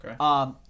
Okay